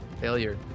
Failure